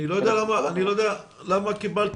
אני לא יודע למה קיבלתם